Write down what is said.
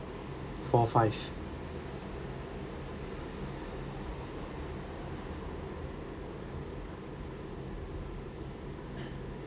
four five